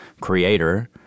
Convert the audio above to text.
creator